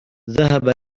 ذهب